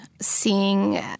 seeing